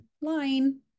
line